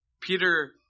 Peter